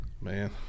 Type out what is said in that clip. Man